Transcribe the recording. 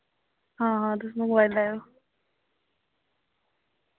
हां हां तुस मंगोआई लैएओ